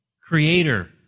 Creator